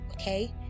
okay